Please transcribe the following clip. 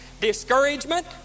discouragement